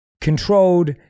controlled